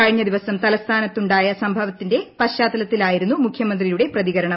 കഴിഞ്ഞ ദിവസം തലസ്ഥാന ത്തുണ്ടായ സംഭവത്തിന്റെ പശ്ചാത്തലത്തിലായിരുന്നു മുഖ്യമന്ത്രിയുടെ പ്രതികരണം